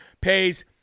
pays